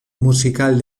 musical